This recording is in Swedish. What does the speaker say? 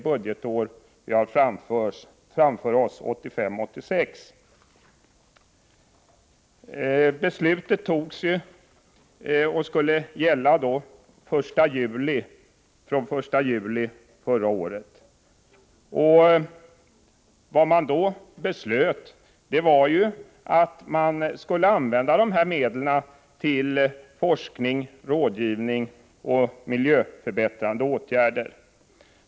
budgetår som vi har framför oss, 1985/86. Beslutet skulle gälla från den 1 juli förra året. Vad som då beslöts var att dessa medel skulle användas till forskning, rådgivning och miljöförbättrande åtgärder.